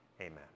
amen